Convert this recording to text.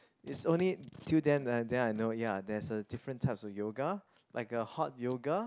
it's only till then and then I know ya there's a different types of yoga like hot yoga